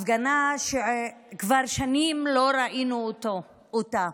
הפגנה שכבר שנים לא ראינו כמותה.